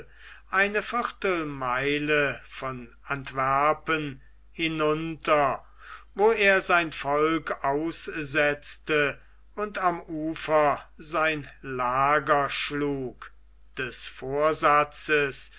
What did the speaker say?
eine viertelmeile von antwerpen hinunter wo er sein volk aussetzte und am ufer ein lager schlug des vorsatzes